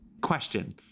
question